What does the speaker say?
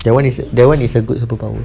that [one] is that [one] is a good superpower